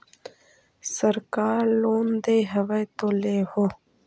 सरकार लोन दे हबै तो ले हो?